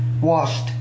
washed